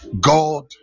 god